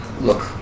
Look